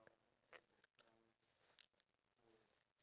during the the breakfast buffet